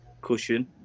cushion